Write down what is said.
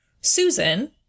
Susan